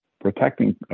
protecting